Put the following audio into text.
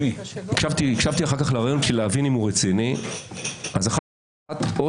הקשבתי אחר כך לריאיון כדי להבין אם הוא רציני ואני מבין שאו